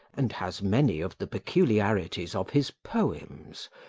and has many of the peculiarities of his poems,